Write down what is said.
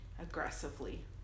Aggressively